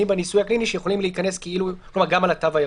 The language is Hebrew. בניסוי הקליני שיכולים להיכנס גם על התו הירוק.